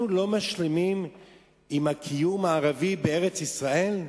אנחנו לא משלימים עם הקיום הערבי בארץ-ישראל?